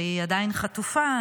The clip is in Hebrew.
שעדיין חטופה,